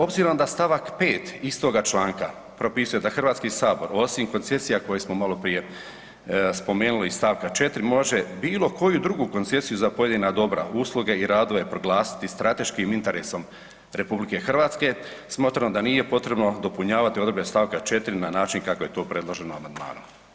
Obzirom da stavak 5. istoga članka propisuje da Hrvatski sabor osim koncesija koje smo maloprije spomenuli iz stavka 4., može bilokoju drugu koncesiju za pojedina dobra, usluge i radove proglasiti strateškim interesom RH, smatramo da nije potrebno dopunjavati odredbe stavka 4. na način kako je to predloženo amandmanom.